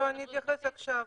אני אתייחס עכשיו: